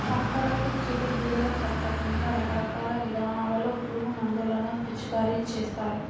పంటలకు చీడ పీడలు పట్టకుండా రకరకాల విధానాల్లో పురుగుమందులను పిచికారీ చేస్తారు